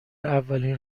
اولین